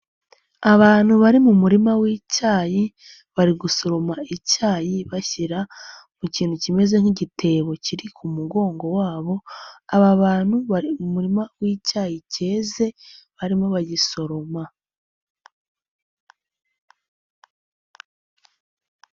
Abantu bari mu murima w'icyayi, bari gusoroma icyayi bashyira mu kintu kimeze nk'igitebo kiri ku mugongo wabo, aba bantu muririma w'icyayi cyeze barimo bagisoroma.